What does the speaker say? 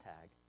tag